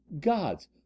Gods